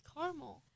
caramel